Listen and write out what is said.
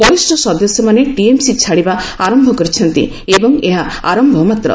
ବରିଷ୍ଠ ସଦସ୍ୟମାନେ ଟିଏମ୍ସି ଛାଡ଼ିବା ଆରମ୍ଭ କରିଛନ୍ତି ଏବଂ ଏହା ଆରମ୍ଭ ମାତ୍ର